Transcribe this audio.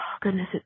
goodness